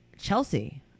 Chelsea